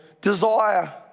desire